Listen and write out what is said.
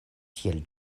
tiel